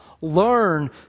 Learn